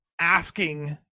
asking